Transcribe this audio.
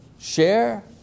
share